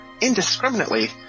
indiscriminately